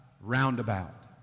roundabout